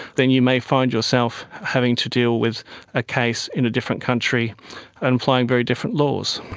then you may find yourself having to deal with a case in a different country and applying very different laws.